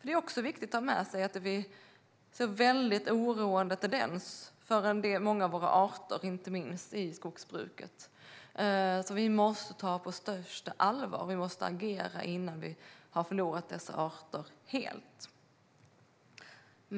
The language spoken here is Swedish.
Det är viktigt att ha med sig att vi ser en väldigt oroande tendens för många av våra arter inte minst i skogsbruket. Vi måste ta detta på största allvar och agera innan vi har förlorat dessa arter helt.